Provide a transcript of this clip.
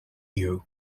you